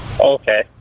Okay